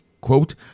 quote